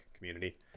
community